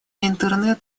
интернет